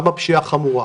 גם בפשיעה החמורה,